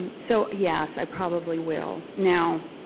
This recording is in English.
so yes, i probably will. now,